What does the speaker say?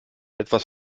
etwas